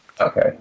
Okay